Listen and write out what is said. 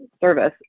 service